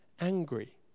angry